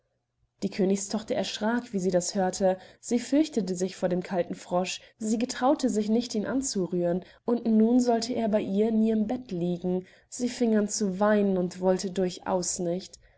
die königs tochter erschrack wie sie das hörte sie fürchtete sich vor dem kalten frosch sie getraute sich nicht ihn anzurühren und nun sollte er bei ihr in ihrem bett liegen sie fing an zu weinen und wollte durchaus nicht